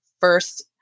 first